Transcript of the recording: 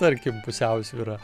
tarkim pusiausvyra